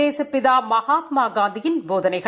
தேசப்பிதா மகாத்மாகாந்தியின் போதனைகள்